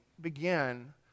begin